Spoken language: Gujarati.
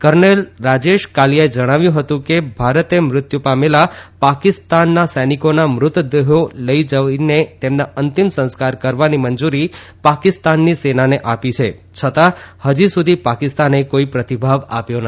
કર્નલ રાજેશ કાલીયાએ જણાવ્યું હતું કે ભારતે મૃત્યુ પામેલા પાકિસ્તાનના સૈનિકોના મૃતદેહો લઇ જઇને તેમના અંતિમ સંસ્કાર કરવાની મંજુરી પાકિસ્તાનની સેનાને આપી છે છતાં હજી સુધી પાકિસ્તાને કોઇ પ્રતિભાવ આપ્યો નથી